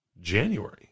January